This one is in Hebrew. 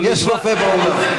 יש רופא באולם.